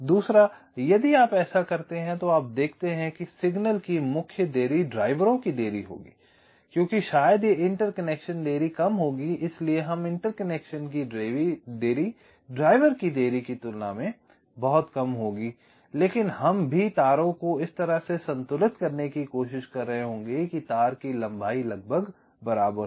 दूसरे यदि आप ऐसा करते हैं तो आप देखते हैं कि सिग्नल की मुख्य देरी ड्राइवरों की देरी होगी क्योंकि शायद ये इंटरकनेक्शन देरी कम होगी इसलिए इस इंटरकनेक्शन की देरी ड्राइवर की देरी की तुलना में बहुत कम होगी लेकिन हम भी तारों को इस तरह से संतुलित करने की कोशिश कर रहे होंगे कि तार की लंबाई लगभग बराबर हो